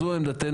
זו עמדתנו.